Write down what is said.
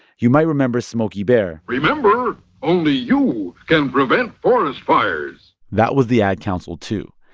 you might remember smokey bear remember only you can prevent forest fires that was the ad council, too.